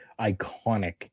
iconic